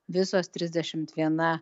visos trisdešimt viena